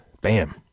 Bam